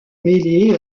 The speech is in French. mêlé